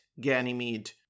Ganymede